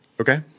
Okay